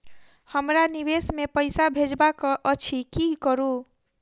हमरा विदेश मे पैसा भेजबाक अछि की करू?